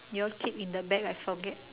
you all keep in the bag I forget